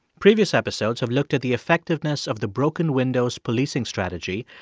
previous episodes have looked at the effectiveness of the broken windows policing strategy,